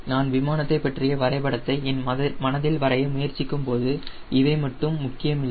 நான் விமானத்தை பற்றிய வரைபடத்தை என் மனதில் வரைய முயற்சிக்கும்போது இவை மட்டும் முக்கியமில்லை